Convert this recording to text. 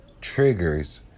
triggers